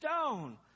stone